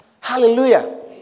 Hallelujah